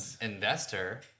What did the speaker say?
investor